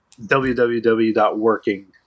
www.working